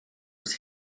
its